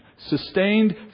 Sustained